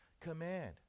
command